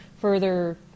further